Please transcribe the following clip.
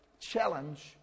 challenge